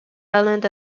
island